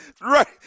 Right